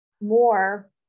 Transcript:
more